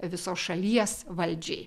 visos šalies valdžiai